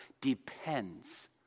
depends